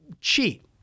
cheat